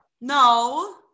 no